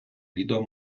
відео